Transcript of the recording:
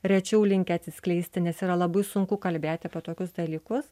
rečiau linkę atsiskleisti nes yra labai sunku kalbėt apie tokius dalykus